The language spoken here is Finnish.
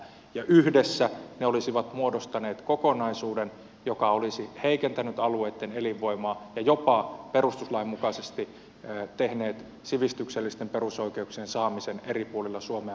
yhdessä ne olisivat muodostaneet kokonaisuuden joka olisi heikentänyt alueitten elinvoimaa ja jopa perustuslain mukaisesti tehnyt sivistyksellisten perusoikeuksien saamisen eri puolilla suomea mahdottomaksi